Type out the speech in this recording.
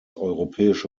europäische